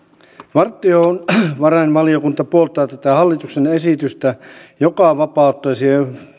valtiovarainvaliokunta puoltaa tätä hallituksen esitystä joka vapauttaisi